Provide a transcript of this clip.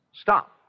stop